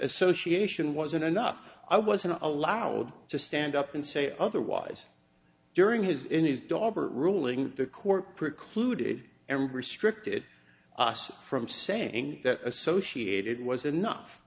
association wasn't enough i wasn't allowed to stand up and say otherwise during his in his daughter ruling the court precluded and restricted us from saying that associated was enough